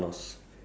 yes